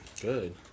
Good